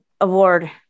award